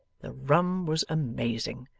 the rum was amazing.